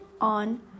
on